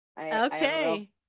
Okay